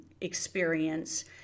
experience